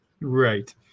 Right